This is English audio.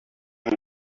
who